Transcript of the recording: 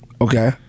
Okay